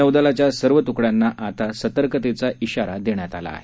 नौदलाच्या सर्व त्कड्यांना आता सतर्कतेचा इशारा देण्यात आला आहे